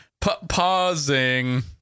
Pausing